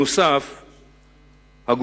נוסף על כך,